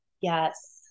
Yes